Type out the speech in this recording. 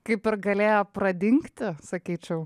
kaip ir galėjo pradingti sakyčiau